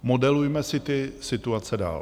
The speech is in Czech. Modelujme si ty situace dál.